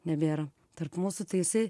nebėra tarp mūsų tai jisai